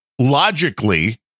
logically